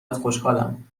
خوشحالم